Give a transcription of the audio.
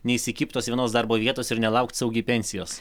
neįsikibt tos vienos darbo vietos ir nelaukt saugiai pensijos